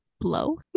Blow